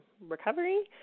recovery